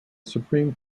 supreme